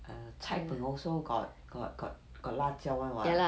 err cai png also got got got got 辣椒 [one] [what]